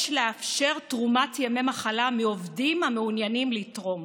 יש לאפשר תרומת ימי מחלה מעובדים המעוניינים לתרום.